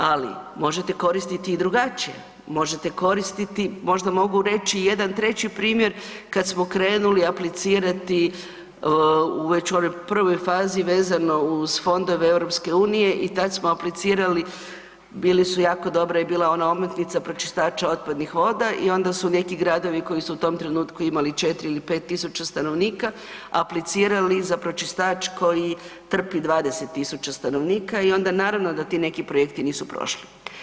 Ali možete koristiti i drugačije, možete koristiti, možda mogu reć i jedan treći primjer kad smo krenuli aplicirati već u onoj prvoj fazi vezano uz Fondove EU i tad smo aplicirali, bili su jako dobre i bila je ona omotnica pročistača otpadnih voda i onda su neki gradovi koji su u tom trenutku imali 4 ili 5000 stanovnika aplicirali za pročistač koji trpi 20000 stanovnika i onda naravno da ti neki projekti nisu prošli.